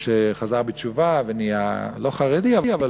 שחזר בתשובה ונהיה לא חרדי אבל